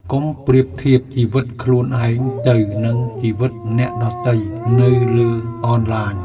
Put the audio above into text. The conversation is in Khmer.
កុំប្រៀបធៀបជីវិតខ្លួនឯងទៅនឹងជីវិតអ្នកដទៃនៅលើអនឡាញ។